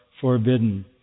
forbidden